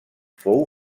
fou